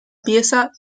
pieza